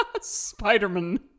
Spider-Man